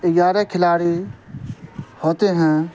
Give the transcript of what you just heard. گیارہ کھلاڑی ہوتے ہیں